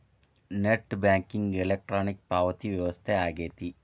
net banking electronic ಪಾವತಿ ವ್ಯವಸ್ಥೆ ಆಗೆತಿ